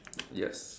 yes